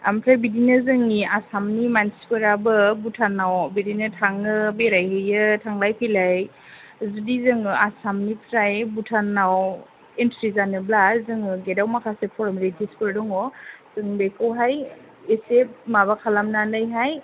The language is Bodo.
ओमफ्राय बिदिनो जोंनि आसामनि मानसिफोराबो भुटानाव बिदिनो थाङो बेरायहैयो थांलाय फैलाय जुदि जोङो आसामनिफ्राय भुटानाव इनथ्रि जानोब्ला जोङो गेटआव माखासे फरमेलितिसफोर दङ जों बेखौहाय इसे माबा खालामनानैहाय